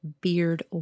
beard